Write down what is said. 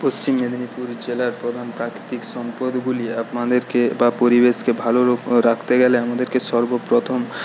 পশ্চিম মেদিনীপুর জেলার প্রধান প্রাকৃতিক সম্পদগুলি আপনাদেরকে বা পরিবেশকে ভালো রাখতে গেলে আমাদেরকে সর্বপ্রথম